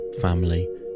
family